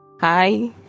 hi